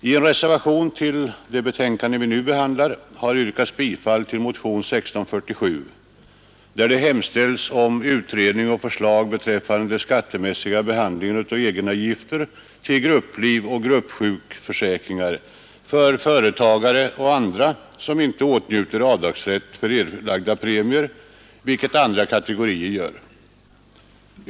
I en reservation till det betänkande vi nu behandlar har yrkats bifall till motionen 1647, där det hemställs om utredning och förslag beträffande den skattemässiga behandlingen av egenavgifter till grupplivoch gruppsjukförsäkringar för företagare och andra som inte åtnjuter avdragsrätt för erlagda premier, vilket andra kategorier gör.